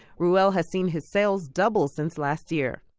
reuel has seen his sales double since last year.